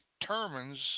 determines